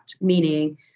meaning